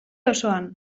osoan